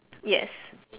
yes